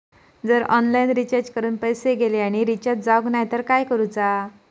जर online recharge करून पैसे गेले आणि रिचार्ज जावक नाय तर काय करूचा?